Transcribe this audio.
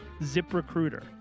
ZipRecruiter